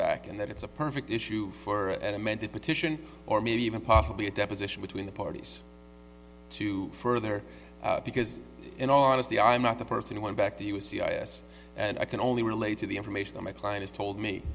back and that it's a perfect issue for an amended petition or maybe even possibly a deposition between the parties to further because in all honesty i'm not the person went back to you a c i s and i can only relate to the information on my client as told me